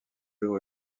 jour